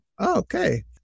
Okay